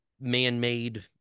man-made